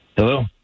Hello